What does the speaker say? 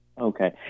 Okay